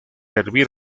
hervir